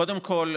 קודם כול,